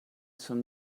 some